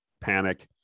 panic